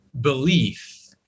belief